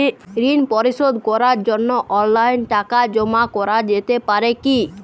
ঋন পরিশোধ করার জন্য অনলাইন টাকা জমা করা যেতে পারে কি?